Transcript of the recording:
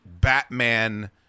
Batman